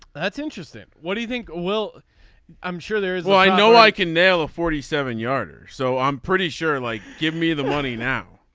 that's interesting. what do you think. well i'm sure there is. well i know i can nail a forty seven yarder so i'm pretty sure like give me the money now.